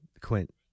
Quint